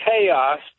chaos